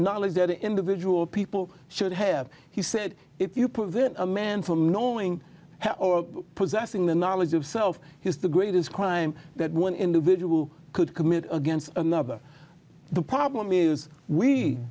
knowledge that individual people should have he said if you prevent a man from knowing how or possessing the knowledge of self is the greatest crime that one individual could commit against another the problem is we